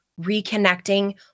reconnecting